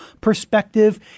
perspective